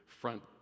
front